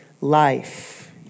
life